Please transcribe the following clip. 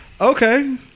Okay